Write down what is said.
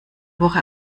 woche